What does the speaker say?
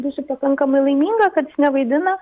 būsiu pakankamai laiminga kad jis nevaidina